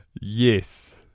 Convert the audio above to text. Yes